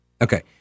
Okay